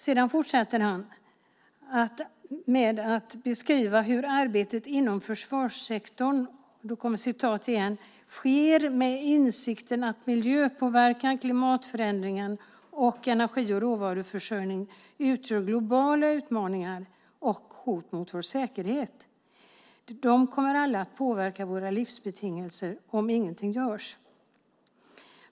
Sedan fortsätter han med att säga att arbetet inom försvarssektorn "sker med insikten att miljöpåverkan, klimatförändringar och energi och råvaruförsörjning utgör globala utmaningar och hot mot vår säkerhet. De kommer alla att påverka våra livsbetingelser om ingenting görs."